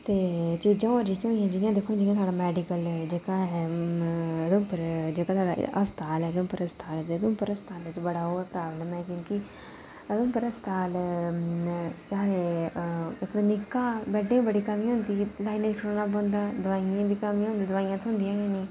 ते चीजां होर दिक्खो हां जियां दिक्खो जियां साढ़ा मैडिकल जेह्का ऐ साढ़ा उधमपुर जेह्का साढ़ा हस्पताल ऐ ते उधमपुर हस्पतालै च धमपुर हस्पतालै बड़ा ओह् ऐ प्राब्लम ऐ क्योंकि उधमपुर हस्पताल केह् आखदे इक ते निक्का बैड्डें दी बड़ी कमी होंदी ऐ लाइनें च खड़ोना पौंदा दवाइयें दी बी कमी होंदी दवाइयां थ्होंदियां गै निं